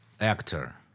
actor